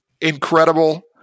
Incredible